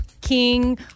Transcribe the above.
king